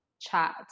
chat